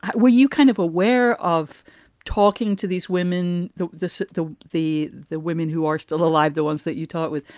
were you kind of aware of talking to these women? the the the the women who are still alive, the ones that you talk with,